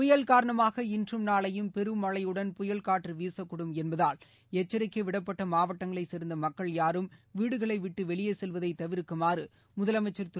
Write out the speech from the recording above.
புயல் காரணமாக இன்றும் நாளையும் பெரும் மழையுடன் புயல் காற்று வீசக்கூடும் என்பதால் எச்சரிக்கை விடப்பட்ட மாவட்டங்களைச் சேர்ந்த மக்கள் யாரும் வீடுகளை விட்டு வெளியே செல்வதை தவிர்க்குமாறு முதலமைச்சர் திரு